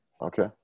Okay